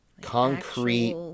concrete